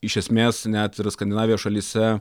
iš esmės net ir skandinavijos šalyse